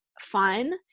fun